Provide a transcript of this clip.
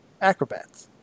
acrobats